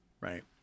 Right